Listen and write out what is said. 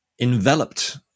enveloped